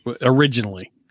originally